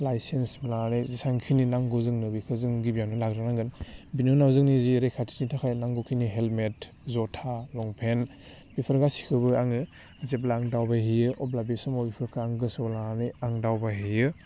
licence लानानै जेसांखिनि नांगौ जोंनो बेखो जों गिबियावनो लाग्रोनांगोन बिनि उनाव जोंनि जि रैखाथिनि थाखाय नांगौखिनि हेलमेट जता लंपेन्ट बेफोर गासिखौबो आङो जेब्ला आं दावबायहैयो अब्ला बे समाव बिफोरखौ आं गोसोआव लानानै आं दावबायहैयो